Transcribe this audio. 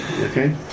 Okay